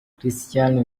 christian